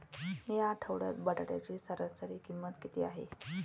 या आठवड्यात बटाट्याची सरासरी किंमत किती आहे?